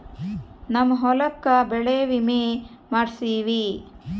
ನಮ್ ಹೊಲಕ ಬೆಳೆ ವಿಮೆ ಮಾಡ್ಸೇವಿ